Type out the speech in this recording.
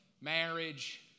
marriage